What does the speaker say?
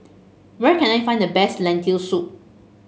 where can I find the best Lentil Soup